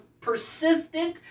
persistent